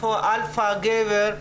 האלפא גבר,